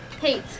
Pete